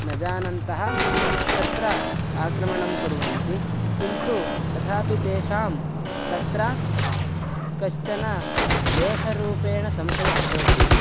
न जानन्तः तत्र आक्रमणं कुर्वन्ति किन्तु तथापि तेषां तत्र कश्चन लेशरूपेण संशयः भवति